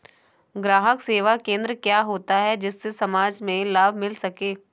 ग्राहक सेवा केंद्र क्या होता है जिससे समाज में लाभ मिल सके?